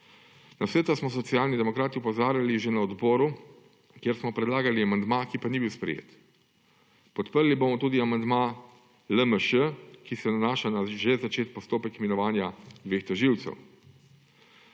Na vse to smo Socialni demokrati opozarjali že na odboru, kjer smo predlagali amandma, ki pa ni bil sprejet. Podprli bomo tudi amandma LMŠ, ki se nanaša na že začeti postopek imenovanja dveh tožilcev.